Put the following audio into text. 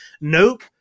Nope